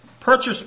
purchase